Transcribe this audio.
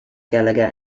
gallagher